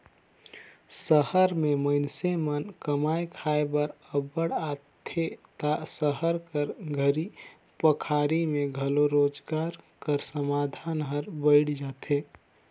सहर में मइनसे मन कमाए खाए बर अब्बड़ आथें ता सहर कर घरी पखारी में घलो रोजगार कर साधन हर बइढ़ जाथे